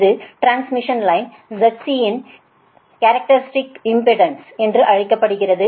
இது transmission line ZC இன் characteristic impedance என்று அழைக்கப்படுகிறது